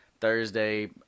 Thursday